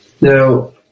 Now